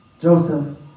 Joseph